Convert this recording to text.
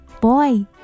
Boy